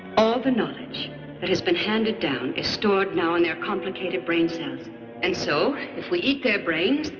all the knowledge that has been handed down is stored now in their complicated brain cells and so if we eat their brains,